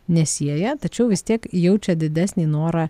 nesieja tačiau vis tiek jaučia didesnį norą